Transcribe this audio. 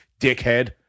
dickhead